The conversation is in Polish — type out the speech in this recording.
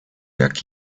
jak